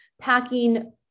packing